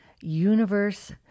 universe